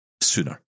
sooner